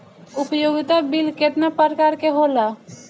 उपयोगिता बिल केतना प्रकार के होला?